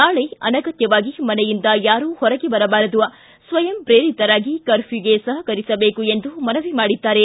ನಾಳೆ ಅನಗತ್ಯವಾಗಿ ಮನೆಯಿಂದ ಯಾರೂ ಹೊರಗೆ ಬರಬಾರದು ಸ್ವಯಂ ಪ್ರೇರಿತರಾಗಿ ಕರ್ಫ್ಯೂಗೆ ಸಹಕರಿಸಬೇಕು ಎಂದು ಮನವಿ ಮಾಡಿದ್ದಾರೆ